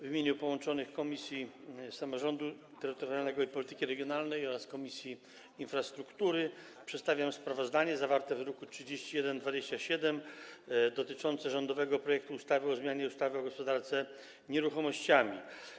W imieniu połączonych Komisji Samorządu Terytorialnego i Polityki Regionalnej oraz Komisji Infrastruktury przedstawiam sprawozdanie zawarte w druku nr 3127 dotyczące rządowego projektu ustawy o zmianie ustawy o gospodarce nieruchomościami.